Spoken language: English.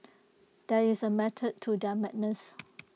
there is A method to their madness